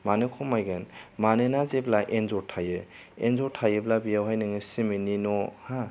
मानो खमायगोन मानोना जेब्ला एन्जर थायो एन्जर थायोब्ला बेवहाय नोङो सिमिन्टनि न'हा